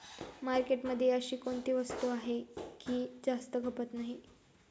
मार्केटमध्ये अशी कोणती वस्तू आहे की जास्त खपत नाही?